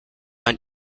man